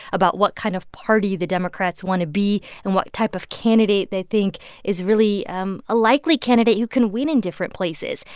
about what kind of party the democrats want to be and what type of candidate they think is really um a likely candidate who can win in different places.